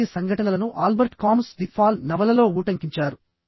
ఇలాంటి సంఘటనలను Albert Camus the Fall నవలలో ఉటంకించారు